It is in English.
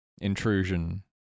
Intrusion